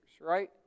right